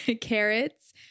carrots